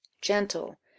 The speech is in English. gentle